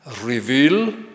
reveal